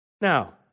Now